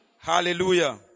Hallelujah